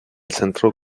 centro